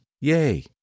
Yay